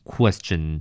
Question